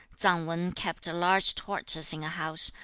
tsang wan kept a large tortoise in a house,